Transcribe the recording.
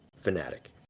fanatic